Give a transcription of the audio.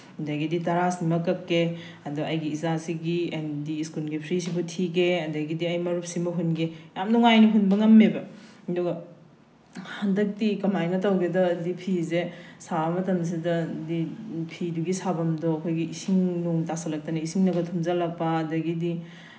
ꯑꯗꯒꯤꯗꯤ ꯇꯔꯥꯁꯤꯃ ꯀꯛꯀꯦ ꯑꯗꯣ ꯑꯩꯒꯤ ꯏꯆꯥꯁꯤꯒꯤ ꯍꯥꯏꯗꯤ ꯁ꯭ꯀꯨꯜꯒꯤ ꯐ꯭ꯔꯤ ꯁꯤꯕꯨ ꯊꯤꯒꯦ ꯑꯗꯒꯤꯗꯤ ꯑꯩ ꯃꯔꯨꯞꯁꯤꯃ ꯍꯨꯟꯒꯦ ꯌꯥꯝ ꯅꯨꯡꯉꯥꯏꯅ ꯍꯨꯟꯕ ꯉꯝꯃꯦꯕ ꯑꯗꯨꯒ ꯍꯟꯗꯛꯇꯤ ꯀꯃꯥꯏꯅ ꯇꯧꯒꯦꯗ ꯍꯥꯏꯗꯤ ꯐꯤꯁꯦ ꯁꯥꯕ ꯃꯇꯝꯁꯤꯗꯗꯤ ꯐꯤꯗꯨꯒꯤ ꯁꯥꯐꯝꯗꯣ ꯑꯩꯈꯣꯏꯒꯤ ꯏꯁꯤꯡ ꯅꯣꯡ ꯇꯥꯁꯤꯜꯂꯛꯇꯅ ꯏꯁꯤꯡꯅ ꯊꯨꯝꯖꯤꯜꯂꯛꯄ ꯑꯗꯒꯤꯗꯤ